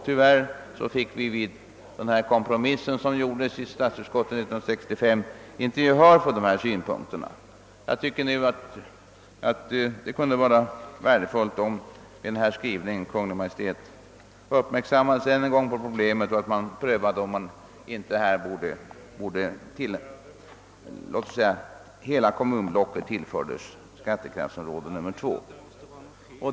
Tyvärr fick vi vid den kompromiss som gjordes i statsutskottet 1965 inte gehör för dessa synpunkter. Jag tycker att det nu vore värdefullt om genom reservanternas skrivning Kungl. Maj:t ännu en gång uppmärksammades på problemet för att kunna pröva, huruvida inte hela kommunblocket kunde tillföras skattekraftsområde 2.